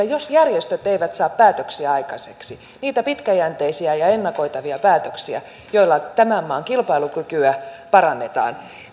jos järjestöt eivät saa päätöksiä aikaiseksi niitä pitkäjänteisiä ja ja ennakoitavia päätöksiä joilla tämän maan kilpailukykyä parannetaan